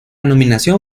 nominación